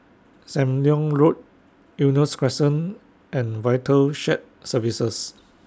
SAM Leong Road Eunos Crescent and Vital Shared Services